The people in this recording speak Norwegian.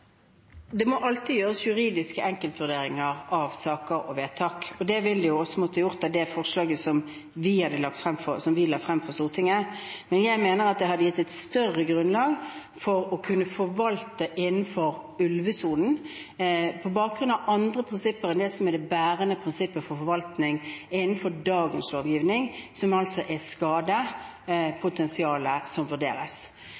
Det må alltid gjøres juridiske enkeltvurderinger av saker og vedtak. Det ville vi også måttet gjort med det forslaget som vi la frem for Stortinget. Men jeg mener at det hadde gitt et større grunnlag for å kunne forvalte innenfor ulvesonen, på bakgrunn av andre prinsipper enn det som er det bærende prinsippet for forvaltning innenfor dagens lovgivning, hvor det er skadepotensialet som vurderes. Skadepotensialet er